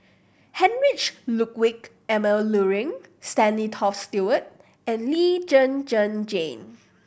Heinrich Ludwig Emil Luering Stanley Toft Stewart and Lee Zhen Zhen Jane